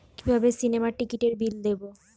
কিভাবে সিনেমার টিকিটের বিল দেবো?